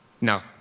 Now